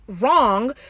wrong